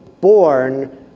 born